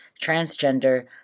transgender